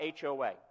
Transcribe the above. HOA